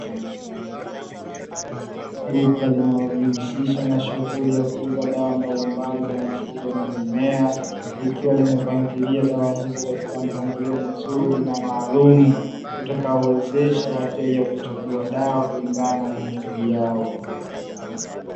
Duka linalojihusisha na shughuli ya kuuza dawa mbalimbali za mifugo na mimea, likiwa limepangilia dawa hizo katika mpangilio mzuri na maalumu utakao wezesha wateja kuchagua dawa kulingana na mahitaji yao.